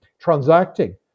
transacting